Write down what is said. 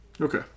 Okay